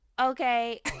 Okay